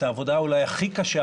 שצריך